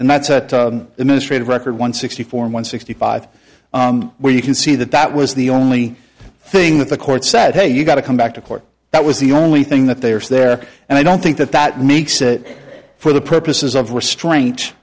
and that's the ministry of record one sixty four and one sixty five where you can see that that was the only thing that the court said hey you got to come back to court that was the only thing that there's there and i don't think that that makes it for the purposes of restra